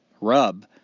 rub